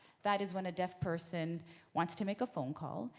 that is when a deaf person wants to make a phone call,